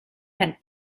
and